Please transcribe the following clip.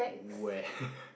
where